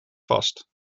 vast